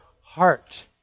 heart